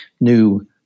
new